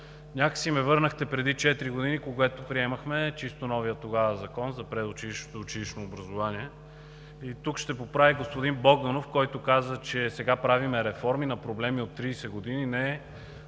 Някак си ме върнахте преди четири години, когато тогава приемахме чисто новия закон за предучилищното и училищно образование. И тук ще поправя и господин Богданов, който каза, че сега правим реформи на проблеми от 30 години. Не,